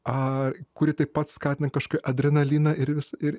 a kuri taip pat skatina kažkokį adrenaliną ir vis ir